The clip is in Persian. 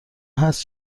هست